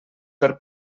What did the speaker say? per